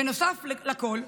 ונוסף לכול,